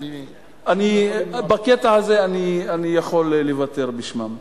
אין אני, בקטע הזה אני יכול לוותר בשמם.